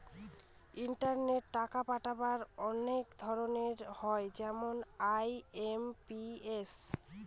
ইন্টারনেটে টাকা পাঠাবার অনেক ধরন হয় যেমন আই.এম.পি.এস